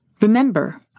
Remember